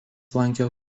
lankė